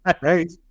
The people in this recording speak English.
right